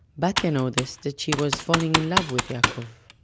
batya noticed that she was falling in love with yaakov.